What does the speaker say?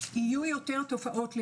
יהיו יותר תופעות לוואי.